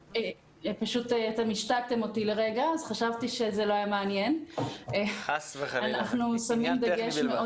בכל בית ספר יש ממונה קורונה ויש מערכי שיעור שמדברים על